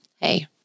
hey